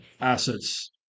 assets